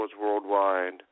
worldwide